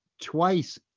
twice